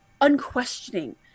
unquestioning